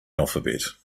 alphabet